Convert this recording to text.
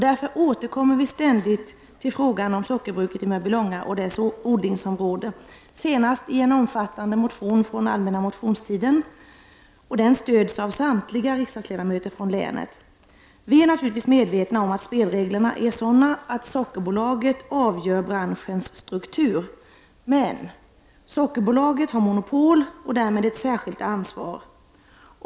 Därför återkommer vi ständigt till frågan om sockerbruket i Mörbylånga och dess odlingsområde. Detta skedde senast i en omfattande motion som väcktes under den allmänna motionstiden. Denna stöds av samtliga riksdagsledamöter från länet. Vi är naturligtvis medvetna om att spelreglerna är sådana att Sockerbolaget avgör branschens struktur. Sockerbolaget har emellertid monopol och därmed ett särskilt ansvar.